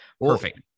Perfect